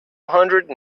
hundred